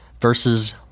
versus